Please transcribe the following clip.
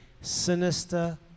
Sinister